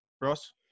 Ross